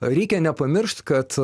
reikia nepamiršt kad